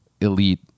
elite